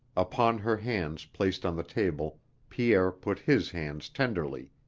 upon her hands placed on the table pierre put his hands tenderly,